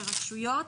לרשויות,